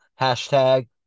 Hashtag